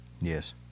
yes